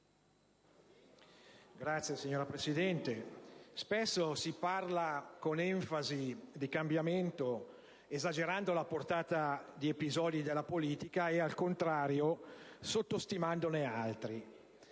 *(LNP)*. Signora Presidente, spesso si parla con enfasi di cambiamento, esagerando la portata di episodi della politica e, al contrario, sottostimandone altri.